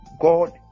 god